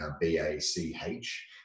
B-A-C-H